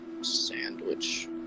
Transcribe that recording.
Sandwich